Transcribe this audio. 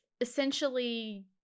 essentially